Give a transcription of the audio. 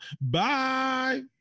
Bye